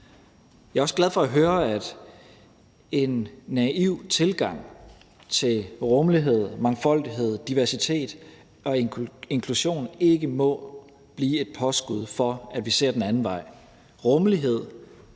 Jeg er også glad for at høre, at en naiv tilgang til rummelighed, mangfoldighed, diversitet og inklusion ikke må blive et påskud for, at vi ser den anden vej.